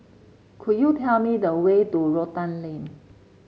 could you tell me the way to Rotan Lane